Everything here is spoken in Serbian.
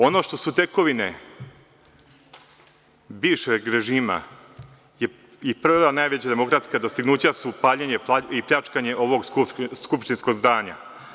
Ono što su tekovine bivšeg režima i prva najveća demokratska dostignuća su paljenje i pljačkanje ovog skupštinskog zdanja.